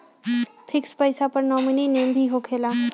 Fix पईसा पर nominee name भी होकेला?